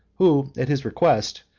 who, at his request,